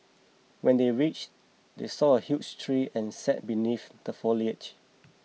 when they reached they saw a huge tree and sat beneath the foliage